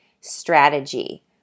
strategy